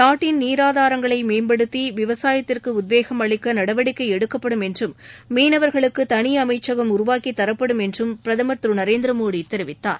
நாட்டின் நீராதாரங்களைமேம்படுத்தி விவசாயத்திற்குஉத்வேகம் அளிக்கநடவடிக்கைஎடுக்கப்படும் என்றும் மீனவர்களுக்குதனிஅமைச்சகம் உருவாக்கித் தரப்படும் என்றம் பிரதமர் திருநரேந்திரமோடிதெரிவித்தார்